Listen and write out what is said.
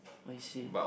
oh I see